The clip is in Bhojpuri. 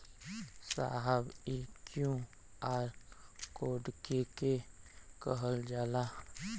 साहब इ क्यू.आर कोड के के कहल जाला?